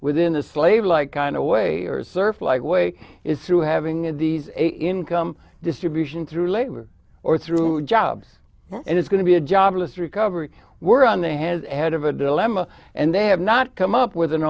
within a slave like kind of way or serve like way is through having these a income distribution through labor or through jobs and it's going to be a jobless recovery we're on a has a head of a dilemma and they have not come up with an